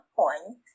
point